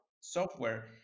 software